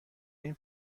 این